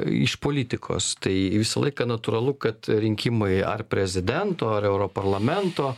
iš politikos tai visą laiką natūralu kad rinkimai ar prezidento ar europarlamento